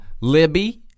Libby